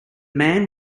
man